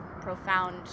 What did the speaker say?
profound